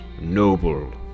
noble